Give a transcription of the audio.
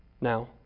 Now